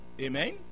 Amen